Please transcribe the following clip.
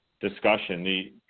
discussion